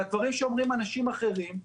והדברים שאומרים אנשים אחרים,